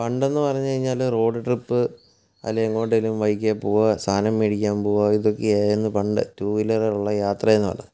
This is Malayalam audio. പണ്ടെന്നു പറഞ്ഞു കഴിഞ്ഞാൽ റോഡ് ട്രിപ്പ് അല്ലെങ്കിൽ എങ്ങോട്ടെങ്കിലും ബൈക്കിൽ പോവുക സാധനം മേടിക്കാൻ പോവുക ഇതൊക്കെയായിരുന്നു എന്ന് പണ്ട് ടു വീലറിൽ ഉള്ള യാത്രയെന്ന് പറയുന്നത്